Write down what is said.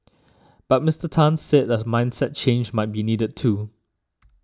but Mister Tan said that mindset change might be needed too